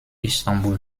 istanbul